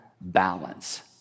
balance